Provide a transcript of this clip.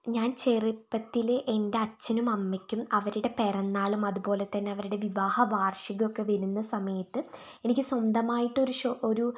ഞാൻ ചെറുപ്പത്തിൽ എൻ്റെ അച്ഛനും അമ്മയ്ക്കും അവരുടെ പിറന്നാളും അതുപോലെത്തന്നെ അവരുടെ വിവാഹ വാർഷികമൊക്കെ വരുന്ന സമയത്ത് എനിക്ക് സ്വന്തമായിട്ടൊരു ഒരു